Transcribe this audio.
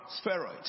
spheroid